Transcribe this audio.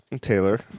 Taylor